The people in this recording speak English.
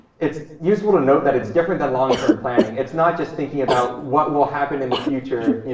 it's useful to note that it's different than long-term planning. it's not just thinking about what will happen in the future, yeah